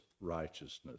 righteousness